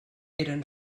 eren